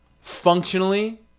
functionally